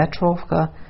Petrovka